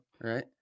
right